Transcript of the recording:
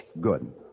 Good